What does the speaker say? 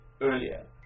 earlier